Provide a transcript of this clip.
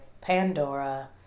Pandora